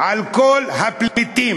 על כל הפליטים,